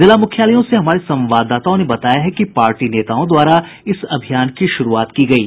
जिला मूख्यालयों से हमारे संवाददाताओं ने बताया है कि पार्टी नेताओं द्वारा इस अभियान की शुरूआत की गयी